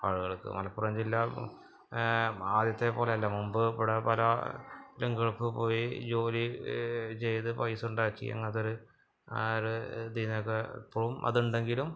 ആളുകൾക്ക് മലപ്പുറം ജില്ല ആദ്യത്തെപോലെയല്ല മുമ്പ് ഇവിടെ പല രങ്ങുകൾക്ക് പോയി ജോലി ചെയ്ത് പൈസ ഉണ്ടാക്കി അങ്ങനത്തെയൊരു ആ ഒരു ഇതിൽന്നൊക്കെ ഇപ്പോഴും അതുണ്ടെങ്കിലും